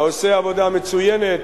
העושה עבודה מצוינת,